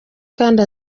kandi